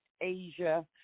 Asia